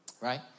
right